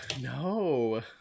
No